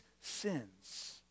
sins